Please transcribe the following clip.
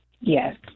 yes